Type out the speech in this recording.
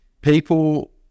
people